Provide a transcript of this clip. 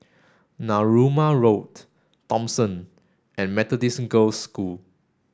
Narooma Road Thomson and Methodist Girls' School